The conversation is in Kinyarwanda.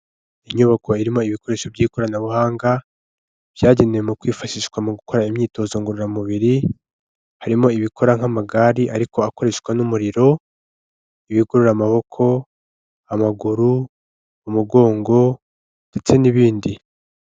Inyubako irimo ibikoresho by'ikoranabuhanga, byagenewe mu kwifashishwa mu gukora imyitozo ngororamubiri, harimo ibikora nk'amagare, ariko akoreshwa n'umuriro, ibigorora amaboko, amaguru, umugongo, ndetse n'ibindi.